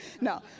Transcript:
No